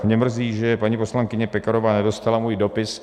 Mě mrzí, že paní poslankyně Pekarová nedostala můj dopis.